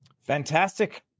Fantastic